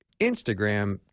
Instagram